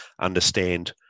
understand